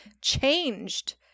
changed